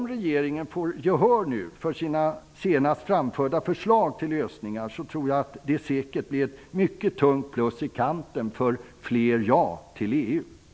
Om regeringen får gehör för sina senast framförda förslag till lösningar tror jag att det säkert blir ett mycket tungt plus i kanten för fler ja till EU. Herr talman!